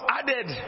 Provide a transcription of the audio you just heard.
added